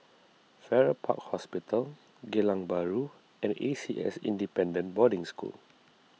Farrer Park Hospital Geylang Bahru and A C S Independent Boarding School